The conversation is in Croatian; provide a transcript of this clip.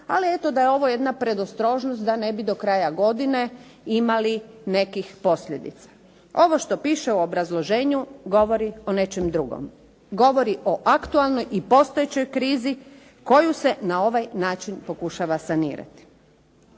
ali eto da je ovo jedna predostrožnost da ne bi do kraja godine imali nekih posljedica. Ovo što piše u obrazloženju govori o nečem drugom. Govori o aktualnoj i postojećoj krizi koju se na ovaj način pokušava sanirati.